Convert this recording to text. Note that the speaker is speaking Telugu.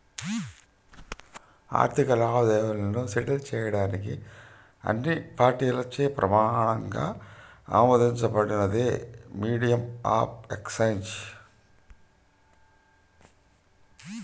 ఆర్థిక లావాదేవీలను సెటిల్ చేయడానికి అన్ని పార్టీలచే ప్రమాణంగా ఆమోదించబడినదే మీడియం ఆఫ్ ఎక్సేంజ్